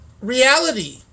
reality